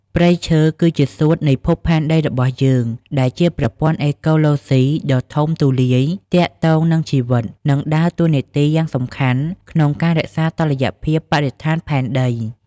ព្រៃឈើ គឺជាសួតនៃភពផែនដីរបស់យើង ដែលជាប្រព័ន្ធអេកូឡូស៊ីដ៏ធំទូលាយទាក់ទងនឹងជីវិត និងដើរតួនាទីយ៉ាងសំខាន់ក្នុងការរក្សាតុល្យភាពបរិស្ថានផែនដី។